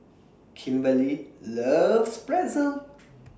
Kimberly loves Pretzel